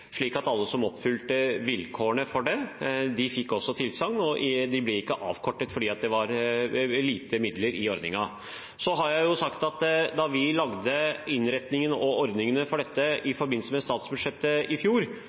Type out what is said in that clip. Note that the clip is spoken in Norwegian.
slik at alle som oppfylte vilkårene for det, fikk tilsagn, og det ble ikke avkortet fordi det var lite midler i ordningen. Så har jeg sagt at da vi laget innretningen og ordningene for dette i forbindelse med statsbudsjettet i fjor,